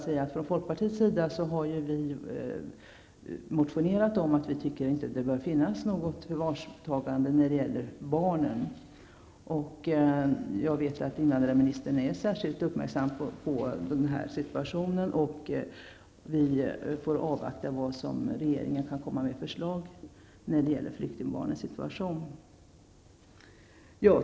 Vi i folkpartiet har motionerat om att förvarstagande av barn inte bör förekomma. Jag vet att invandrarministern är särskilt uppmärksam på denna situation, och vi får avvakta regeringens förslag när det gäller flyktningbarnens situation.